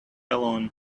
alone